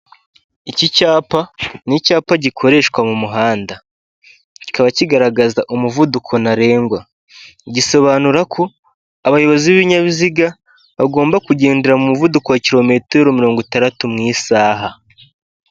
Iki cyapa ni icyapa gikoreshwa mu muhanda kikaba kigaragaza umuvuduko ntarengwa, gisobanura ko abayobozi b'ibinyabiziga bagomba kugendera mu muvuduko wa kirometero mirongo itandatu mu isaha.